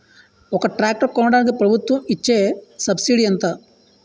ఒక ట్రాక్టర్ కొనడానికి ప్రభుత్వం ఇచే సబ్సిడీ ఎంత?